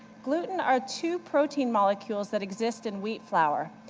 gluten are two protein molecules that exist in wheat flour.